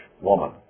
woman